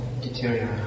deteriorate